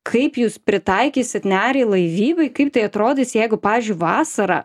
kaip jūs pritaikysit nerį laivybai kaip tai atrodys jeigu pavyžiui vasarą